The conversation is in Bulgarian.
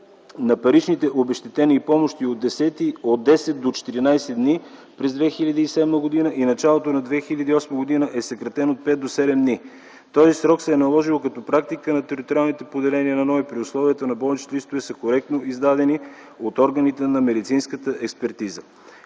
на паричните обезщетения и помощи от 10 до 14 дни през 2007 г. и началото на 2008 г. е съкратена от 5 до 7 дни. Този срок се е наложил като практика на териториалните поделения на НОИ при условие, че болничните листове са коректно издадени от органите на медицинската експертиза.